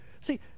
See